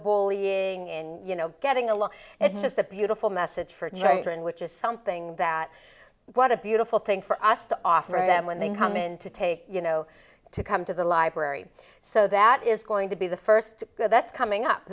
bullying and you know getting along and it's just a beautiful message for joy and which is something that what a beautiful thing for us to offer them when they come in to take you know to come to the library so that is going to be the first good that's coming up